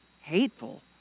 hateful